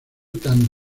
tan